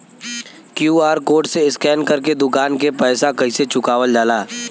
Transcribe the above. QR code से scan कर के दुकान के पैसा कैसे चुकावल जाला?